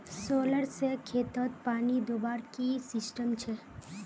Solar से खेतोत पानी दुबार की सिस्टम छे?